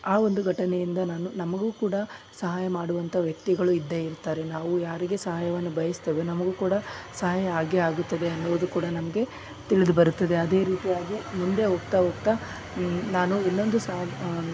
ಆ ಒಂದು ಘಟನೆಯಿಂದ ನಾನು ನಮಗೂ ಕೂಡ ಸಹಾಯ ಮಾಡುವಂಥ ವ್ಯಕ್ತಿಗಳು ಇದ್ದೇ ಇರ್ತಾರೆ ನಾವು ಯಾರಿಗೆ ಸಹಾಯವನ್ನು ಬಯಸ್ತೇವೆ ನಮಗೂ ಕೂಡ ಸಹಾಯ ಆಗೇ ಆಗುತ್ತದೆ ಅನ್ನುವುದು ಕೂಡ ನಮಗೆ ತಿಳಿದು ಬರುತ್ತದೆ ಅದೇ ರೀತಿಯಾಗಿ ಮುಂದೆ ಹೋಗ್ತ ಹೋಗ್ತ ನಾನು ಇನ್ನೊಂದು ಸಾರಿ